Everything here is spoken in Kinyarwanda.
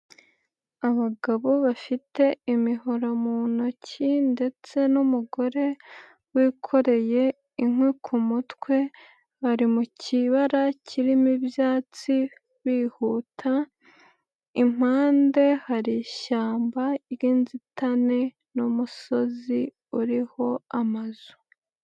Abagabo bafite imihora mu ntoki ndetse n'umugore wikoreye inkwi ku mutwe bari mu kibara kirimo ibyatsi bihuta impande hari ishyamba ry'inzitane n'umusozi uriho amazu.